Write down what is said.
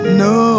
no